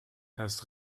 erst